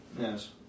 Yes